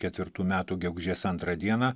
ketvirtų metų gegužės antrą dieną